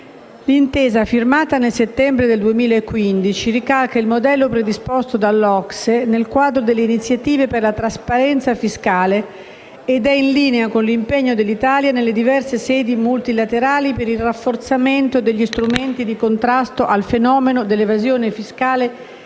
L'intesa, firmata nel settembre 2015, ricalca il modello predisposto dall'OCSE, nel quadro delle iniziative per la trasparenza fiscale ed è in linea con l'impegno dell'Italia nelle diverse sedi multilaterali per il rafforzamento degli strumenti di contrasto al fenomeno dell'evasione fiscale